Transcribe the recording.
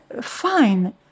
fine